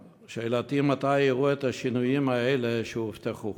שאלתי: מתי יראו את השינויים האלה שהובטחו?